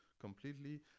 completely